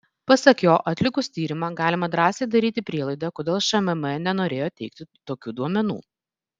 pasak jo atlikus tyrimą galima drąsiai daryti prielaidą kodėl šmm nenorėjo teikti tokių duomenų